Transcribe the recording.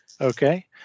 Okay